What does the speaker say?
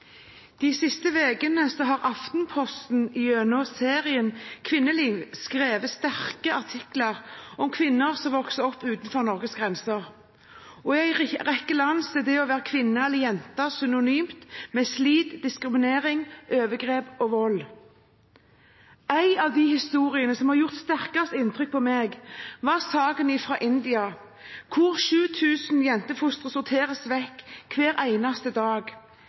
De siste ukene har Aftenposten gjennom serien Kvinneliv skrevet sterke artikler om kvinner som vokser opp utenfor Norges grenser. I en rekke land er det å være kvinne eller jente synonymt med slit, diskriminering, overgrep og vold. En av de historiene som har gjort sterkest inntrykk på meg, var saken fra India, hvor 7 000 jentefostre sorteres vekk hver eneste dag.